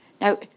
Now